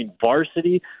varsity